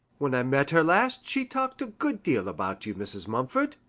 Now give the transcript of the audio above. when i met her last she talked a good deal about you, mrs. mumford,